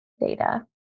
data